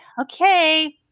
Okay